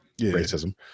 racism